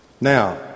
Now